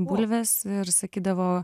bulves ir sakydavo